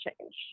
change